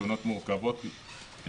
תאונות מורכבות,